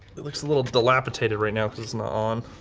it looks a little dilapidated right now because it's not on.